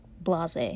blase